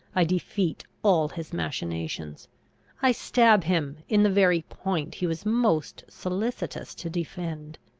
i defeat all his machinations i stab him in the very point he was most solicitous to defend!